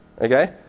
Okay